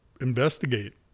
investigate